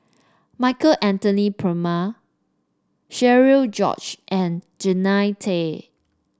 Michael Anthony Palmer Cherian George and Jannie Tay